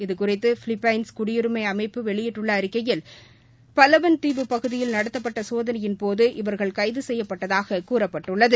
இதுகுறித்து பிலிப்பைன்ஸ் குடியுரிமை அமைப்பு வெளியிட்டுள்ள அறிக்கையில் பலவன் தீவு பகுதியில் நடத்தப்பட்ட சோதனையின்போது இவர்கள் கைது செய்யப்பட்டதாக கூறப்பட்டுள்ளது